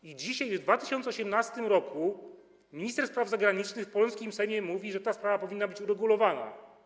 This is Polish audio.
I dzisiaj, w 2018 r., minister spraw zagranicznych w polskim Sejmie mówi, że ta sprawa powinna być uregulowana.